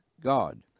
God